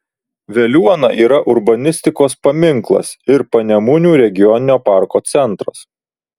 veliuona yra urbanistikos paminklas ir panemunių regioninio parko centras